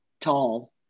tall